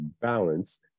balance